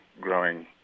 growing